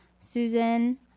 susan